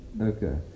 Okay